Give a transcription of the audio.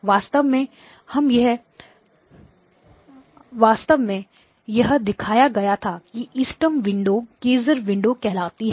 वास्तव में यह दिखाया गया था कि इष्टतम विंडो कैसर विंडोKaiser window कहलाती है